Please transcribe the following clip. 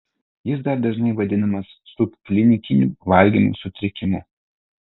jis dar dažnai vadinamas subklinikiniu valgymo sutrikimu